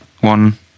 one